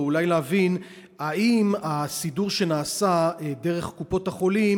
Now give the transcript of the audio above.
או אולי להבין: האם הסידור שנעשה דרך קופות-החולים